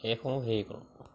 এইসমূহ হেৰি কৰোঁ